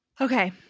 Okay